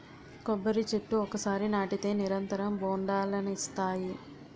కొబ్బరి చెట్లు ఒకసారి నాటితే నిరంతరం బొండాలనిస్తాయి